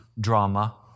drama